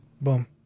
Boom